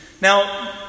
Now